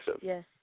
Yes